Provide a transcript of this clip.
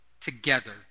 together